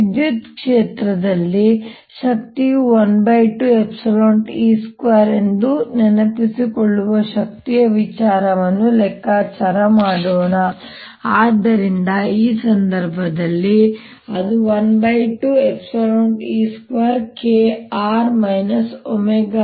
ವಿದ್ಯುತ್ ಕ್ಷೇತ್ರದಲ್ಲಿನ ಶಕ್ತಿಯು 120E2 ಎಂದು ನೆನಪಿಸಿಕೊಳ್ಳುವ ಶಕ್ತಿಯ ವಿಷಯವನ್ನು ಲೆಕ್ಕಾಚಾರ ಮಾಡೋಣ ಮತ್ತು ಆದ್ದರಿಂದ ಈ ಸಂದರ್ಭದಲ್ಲಿ ಅದು 120E02k